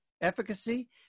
efficacy